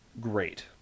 great